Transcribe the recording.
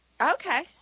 Okay